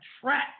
trap